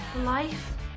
life